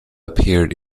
appeared